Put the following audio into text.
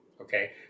okay